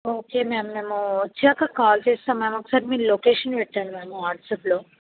okay ma'am మేము వచ్చాక call చేస్తాం మ్యామ్ ఒకసారి మీరు లోకేషన్ పెట్టండి మ్యామ్ వాట్సప్లో